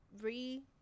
re